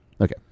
Okay